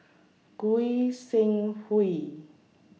Goi Seng Hui